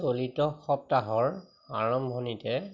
চলিত সপ্তাহৰ আৰম্ভণিতে